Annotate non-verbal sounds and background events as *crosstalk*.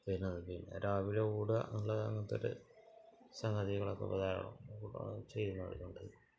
പിന്നെ രാവിലെ ഓടുക എന്നുള്ള അങ്ങനത്തൊരു സംഗതികളൊക്കെ പ്രധാനമാണ് *unintelligible* ചെയ്യുന്നവരുണ്ട്